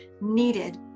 needed